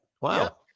Wow